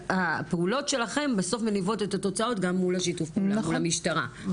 הפעולות שלכם בסוף מניבות את התוצאות גם מול שיתוף הפעולה מול המשטרה.